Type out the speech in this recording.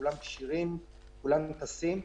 כולם כשירים, כולם מוטסים.